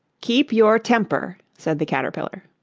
keep your temper said the caterpillar.